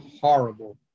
Horrible